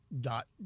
dot